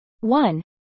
one